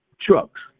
trucks